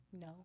No